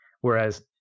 Whereas